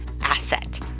asset